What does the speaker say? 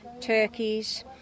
turkeys